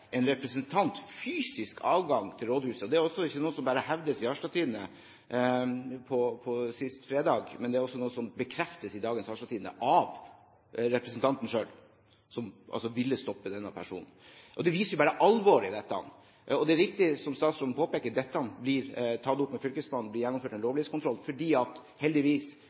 en representant fysisk adgang til rådhuset. Det er ikke noe som bare hevdes i Harstad Tidende sist fredag. Det er noe som også bekreftes i dagens Harstad Tidende av den representanten som ville stoppe denne personen. Det viser bare alvoret i dette. Det er viktig, som statsråden påpeker, at dette blir tatt opp med fylkesmannen, og at det blir gjennomført en lovlighetskontroll. For heldigvis: